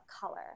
color